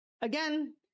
again